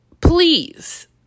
Please